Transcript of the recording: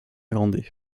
grande